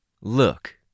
Look